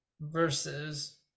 versus